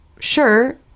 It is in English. Sure